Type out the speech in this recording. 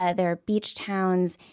ah there are beach towns,